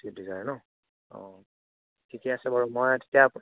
Swift Dzire ন অ' ঠিকে আছে বাৰু মই তেতিয়া আপ